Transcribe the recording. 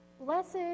Blessed